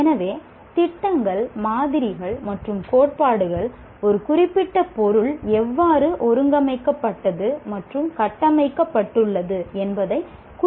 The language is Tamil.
எனவே திட்டங்கள் மாதிரிகள் மற்றும் கோட்பாடுகள் ஒரு குறிப்பிட்ட பொருள் எவ்வாறு ஒழுங்கமைக்கப்பட்டது மற்றும் கட்டமைக்கப்பட்டுள்ளது என்பதைக் குறிக்கின்றன